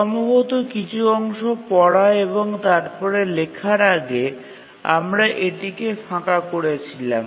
সম্ভবত কিছু অংশ পড়া এবং তারপরে লেখার আগে আমরা এটিকে খালি করেছিলাম